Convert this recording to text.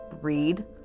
read